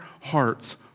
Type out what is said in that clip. hearts